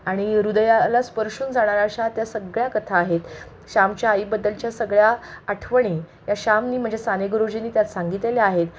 आणि हृदयाला स्पर्शून जाणारा अशा त्या सगळ्या कथा आहेत श्यामच्या आईबद्दलच्या सगळ्या आठवणी या श्यामने म्हणजे साने गुरुजींनी त्यात सांगितलेल्या आहेत